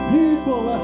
people